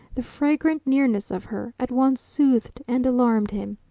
the fragrant nearness of her, at once soothed and alarmed him.